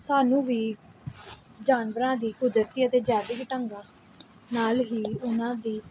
ਸਾਨੂੰ ਵੀ ਜਾਨਵਰਾਂ ਦੀ ਕੁਦਰਤੀ ਅਤੇ ਜੈਵਿਕ ਢੰਗਾਂ ਨਾਲ ਹੀ ਉਹਨਾਂ ਦੀ